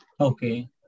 Okay